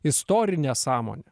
istorinę sąmonę